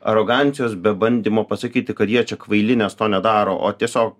arogancijos be bandymo pasakyti kad jie čia kvaili nes to nedaro o tiesiog